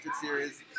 series